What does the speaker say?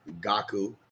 Gaku